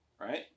right